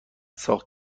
ساخت